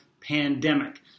pandemic